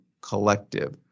collective